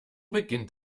beginnt